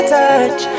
touch